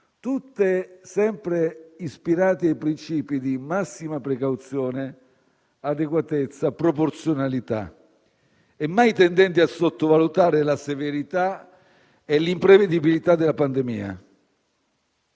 tutte sempre ispirate ai principi di massima precauzione, adeguatezza e proporzionalità e mai tendenti a sottovalutare la severità e l'imprevedibilità della pandemia.